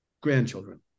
grandchildren